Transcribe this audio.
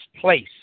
Place